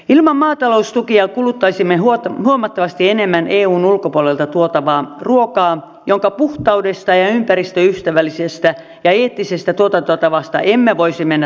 ilman maataloustukia kuluttaisimme huomattavasti enemmän eun ulkopuolelta tuotavaa ruokaa jonka puhtaudesta ja ympäristöystävällisestä ja eettisestä tuotantotavasta emme voisi mennä takuuseen